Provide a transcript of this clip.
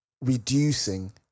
reducing